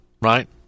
right